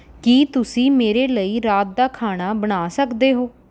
ਕੀ ਤੁਸੀਂ ਮੇਰੇ ਲਈ ਰਾਤ ਦਾ ਖਾਣਾ ਬਣਾ ਸਕਦੇ ਹੋ